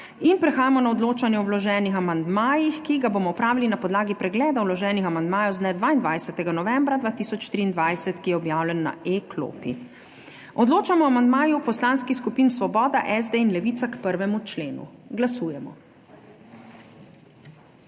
Prehajamo na odločanje o vloženih amandmajih, ki ga bomo opravili na podlagi pregleda vloženih amandmajev z dne 22. novembra 2023, ki je objavljen na e-klopi. Odločamo o amandmaju poslanskih skupin Svoboda, SD in Levica k 1. členu. Glasujemo.